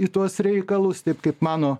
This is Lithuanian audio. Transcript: į tuos reikalus taip kaip mano